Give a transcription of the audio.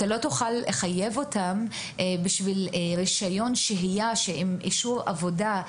אתה לא תוכל לחייב אותם לבדוק אדם בשביל רישיון שהייה עם אישור עבודה,